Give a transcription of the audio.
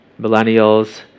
millennials